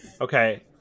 Okay